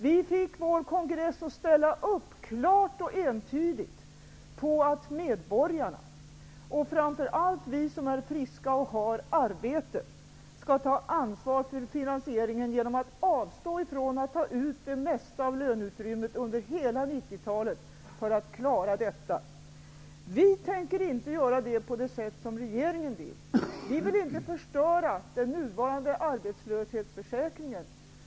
Vi fick vår kongress att klart och entydigt ställa upp på att medborgarna och framför allt vi som är friska och har arbete skall ta ansvar för finansieringen genom att avstå ifrån att ta ut det mesta av löneutrymmet under hela 90 talet för att klara detta. Vi tänker inte göra det på det sätt som regeringen vill. Vi vill inte förstöra den nuvarande arbetslöshetsförsäkringen.